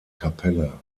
kapelle